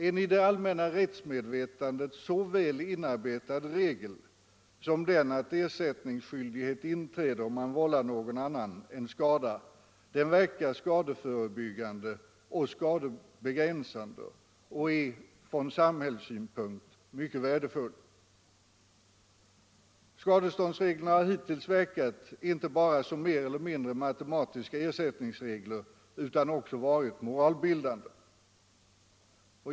En i det allmänna rättsmedvetandet så väl inarbetad regel som den, att ersättningsskyldighet inträder om man vållar någon annan en skada, verkar skadeförebyggande och skadebegränsande. Den är mycket värdefull från samhällssynpunkt och får därför ej försummas. Skadeståndsreglerna har hittills inte bara verkat som mer eller mindre matematiska ersättningsregler utan har också varit moralbildande.